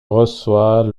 reçoit